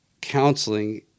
counseling